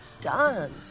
done